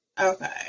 Okay